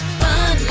fun